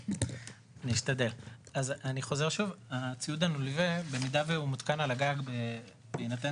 הציוד הנלווה במידה והוא מותקן על הגג בהינתן